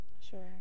sure